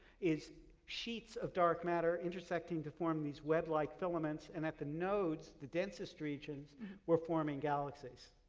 is sheets of dark matter intersecting to form these web-like filaments and at the nodes, the densest regions were forming galaxies.